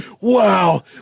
Wow